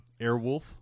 Airwolf